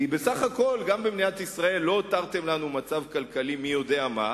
כי בסך הכול גם במדינת ישראל לא הותרתם לנו מצב כלכלי מי יודע מה,